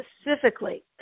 specifically